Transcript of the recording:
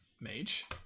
mage